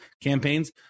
campaigns